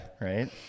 Right